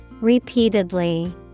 Repeatedly